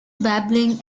babbling